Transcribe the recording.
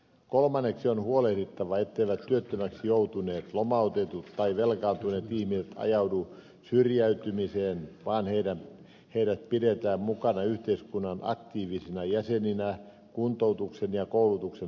kolmanneksi on huolehdittava etteivät työttömiksi joutuneet lomautetut tai velkaantuneet ihmiset ajaudu syrjäytymiseen vaan heidät pidetään mukana yhteiskunnan aktiivisina jäseninä kuntoutuksen ja koulutuksen avulla